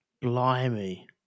Blimey